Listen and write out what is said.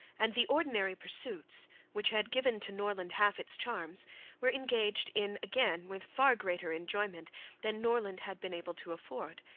and the ordinary pursuits which had given to norland half its charms were engaged in again with far greater enjoyment than norland had been able to afford,